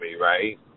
right